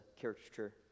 caricature